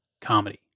comedy